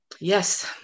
Yes